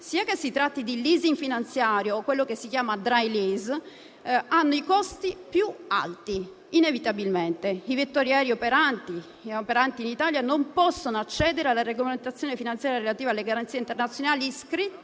sia che si tratti di *leasing* finanziario o di *dry lease*, abbiano costi più alti, perché i vettori aerei operanti in Italia non possono accedere alla regolamentazione finanziaria relativa alle garanzie internazionali iscritte